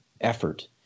effort